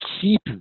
keep